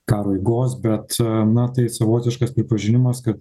karo eigos bet na tai savotiškas pripažinimas kad